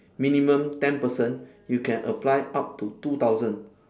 minimum ten person you can apply up to two thousand